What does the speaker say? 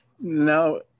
no